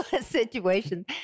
situation